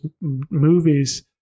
movies